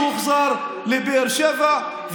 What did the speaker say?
הוא הוחזר לבאר שבע,